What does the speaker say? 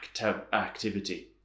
activity